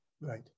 Right